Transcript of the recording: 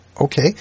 okay